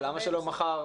למה שלא מחר?